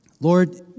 Lord